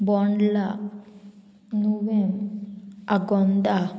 Bondla Nuvem Agonda